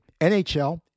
NHL